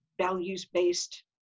values-based